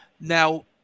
Now